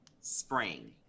spring